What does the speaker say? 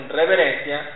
reverencia